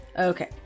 Okay